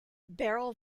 barrel